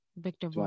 victor